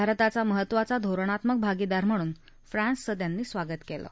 भारताचा महत्वाचा धोरणात्मक भागीदार म्हणून फ्रांन्सचं त्यांनी स्वागत कलि